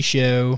Show